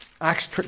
Acts